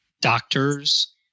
doctors